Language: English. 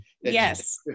Yes